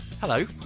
Hello